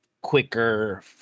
quicker